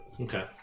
Okay